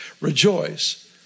rejoice